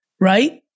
right